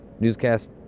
Newscast